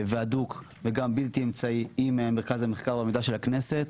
הדוק ובלתי אמצעי עם מרכז המחקר והמידע של הכנסת.